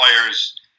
players